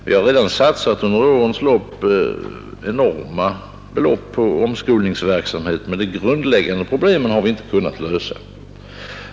Vi har redan under årens lopp satsat enorma belopp på omskolningsverksamhet, men de grundläggande problemen har vi inte kunnat lösa.